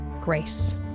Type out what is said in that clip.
grace